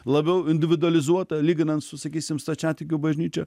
labiau individualizuota lyginant su sakysim stačiatikių bažnyčia